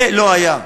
זה לא היה.